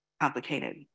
complicated